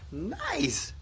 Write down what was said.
nice!